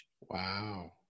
wow